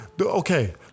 Okay